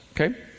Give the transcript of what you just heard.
Okay